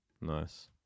nice